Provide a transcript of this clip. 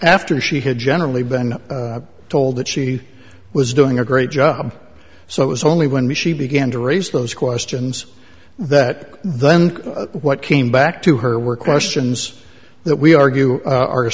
after she had generally been told that she was doing a great job so it was only when she began to raise those questions that then what came back to her were questions that we argue a